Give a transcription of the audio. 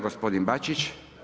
Gospodin Bačić.